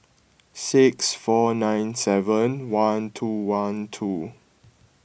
six four nine seven one two one two